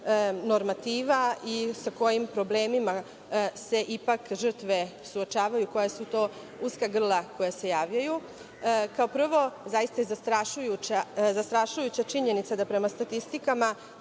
normativa i sa kojim problemima se ipak žrtve suočavaju, koja su to uska grla koja se javljaju. Kao prvo, zaista je zastrašujuća činjenica da prema statistikama